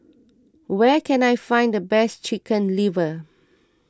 where can I find the best Chicken Liver